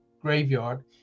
graveyard